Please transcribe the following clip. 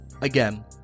again